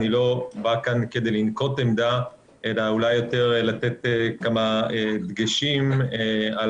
אני לא בא לנקוט עמדה אלה יותר לתת כמה דגשים על